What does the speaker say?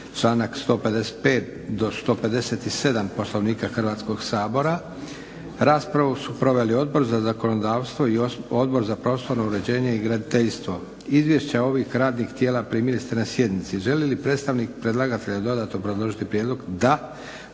članak 155. do 157. Poslovnika Hrvatskog sabora. Raspravu su proveli Odbor za zakonodavstvo i Odbor za prostorno uređenje i graditeljstvo. Izvješća ovih radnih tijela primili ste na sjednici. Želi li predstavnik predlagatelja dodatno obrazložiti prijedlog? Da.